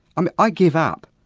um i give up!